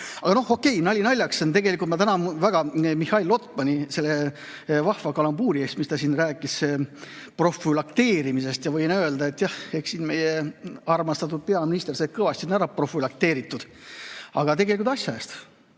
Aga okei, nali naljaks. Tegelikult ma tänan väga Mihhail Lotmanit selle vahva kalambuuri eest, kui ta siin rääkis profülakteerimisest. Võin öelda, et jah, eks siin meie armastatud peaminister sai kõvasti ära profülakteeritud. Aga tegelikult asja eest.